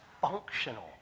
functional